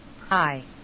Hi